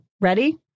Ready